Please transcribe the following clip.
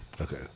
Okay